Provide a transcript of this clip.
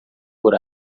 por